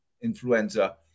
influenza